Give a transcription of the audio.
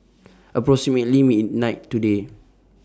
approximately midnight today